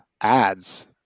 ads